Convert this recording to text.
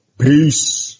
peace